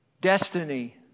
destiny